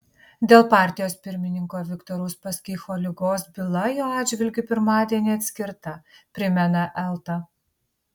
dėl partijos pirmininko viktoro uspaskicho ligos byla jo atžvilgiu pirmadienį atskirta primena elta